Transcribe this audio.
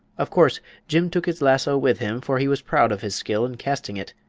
of course jim took his lasso with him, for he was proud of his skill in casting it,